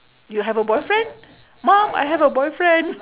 you have a boyfriend mum I have a boyfriend